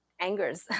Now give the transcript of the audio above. angers